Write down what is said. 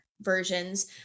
versions